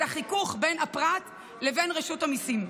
את החיכוך בין הפרט לבין רשות המיסים,